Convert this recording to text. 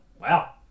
Wow